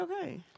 okay